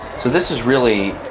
this is really